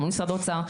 גם במשרד האוצר,